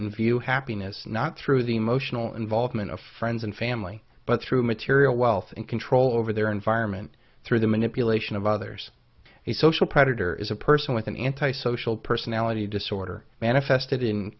in view happiness not through the emotional involvement of friends and family but through material wealth and control over their environment through the manipulation of others the social predator is a person with an anti social personality disorder manifested in